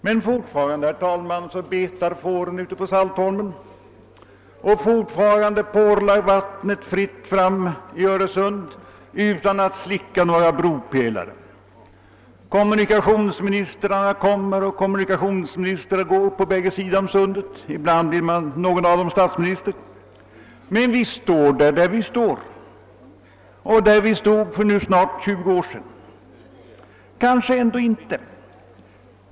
Men fortfarande, herr talman, betar fåren ute på Saltholmen och fortfarande porlar vattnet fritt fram i Öresund utan att slicka några bropelare. Kommunikationsministrar kommer och går på båda sidor om Sundet — ibland blir någon av dem statsminister. Trots detta står vi där vi står och där vi stod för snart 20 år sedan. Men kanske ändå inte.